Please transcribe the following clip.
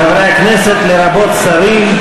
חברי הכנסת, לרבות שרים,